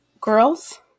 girls